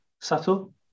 subtle